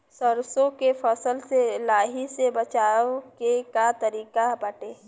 सरसो के फसल से लाही से बचाव के का तरीका बाटे?